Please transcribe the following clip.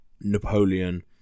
Napoleon